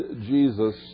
Jesus